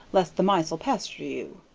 less the mice'll pester you.